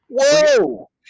Whoa